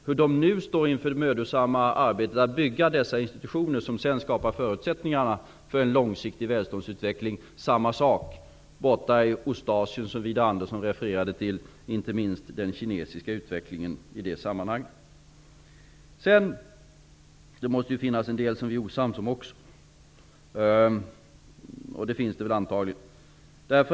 Man står där nu inför det mödosamma arbetet med att bygga upp de institutioner som sedan skapar förutsättningar för en långsiktig välståndsutveckling. Samma utveckling äger rum borta i Ostasien, som Widar Andersson refererade till. Inte minst gäller det för den kinesiska utvecklingen i detta sammanhang. Det finns antagligen också en del som vi är osams om.